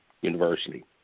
University